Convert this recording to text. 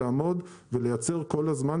לעמוד ולייצר כל הזמן,